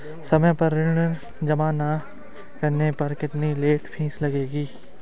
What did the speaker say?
समय पर ऋण जमा न करने पर कितनी लेट फीस लगेगी?